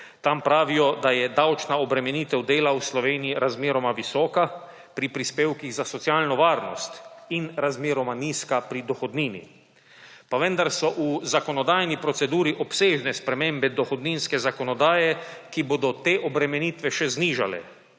Tam pravijo, da je davčna obremenitev dela v Sloveniji razmeroma visoka pri prispevkih za socialno varnost in razmeroma nizka pri dohodnini. Pa vendar so v zakonodajni proceduri obsežne spremembe dohodninske zakonodaje, ki bodo te obremenitve še znižale,